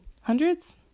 hundreds